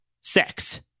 Sex